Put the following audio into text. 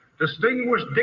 Distinguished